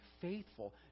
faithful